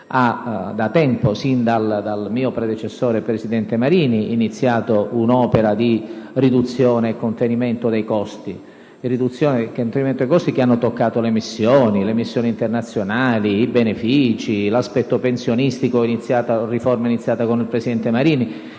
ha da tempo, sin dal mio predecessore, presidente Marini, iniziato un'opera di riduzione e contenimento dei costi, che ha toccato le missioni (anche quelle internazionali) i benefici e l'aspetto pensionistico, con la riforma iniziata con il presidente Marini.